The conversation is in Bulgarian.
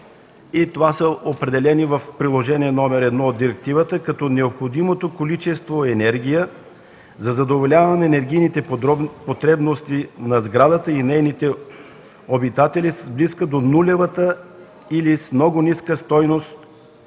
Това е определено в Приложение № 1 от директивата като необходимото количество енергия за задоволяване на енергийните потребности на сградата и нейните обитатели с близка до нулевата или с много ниска стойност,